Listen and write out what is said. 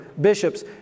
bishops